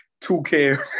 2k